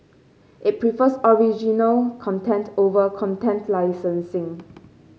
it prefers original content over content licensing